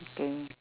okay